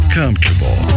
comfortable